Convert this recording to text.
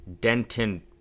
Denton